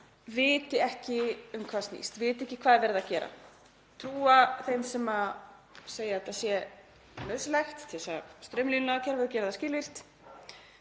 viti ekki um hvað það snýst, viti ekki hvað er verið að gera, trúi þeim sem segja að þetta sé nauðsynlegt til að straumlínulaga kerfið og gera það skilvirkt